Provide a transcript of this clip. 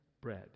bread